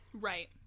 Right